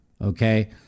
Okay